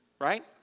right